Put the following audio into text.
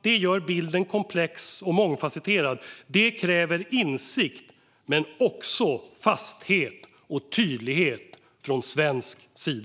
Det gör bilden komplex och mångfasetterad. Det kräver insikt men också fasthet och tydlighet från svensk sida.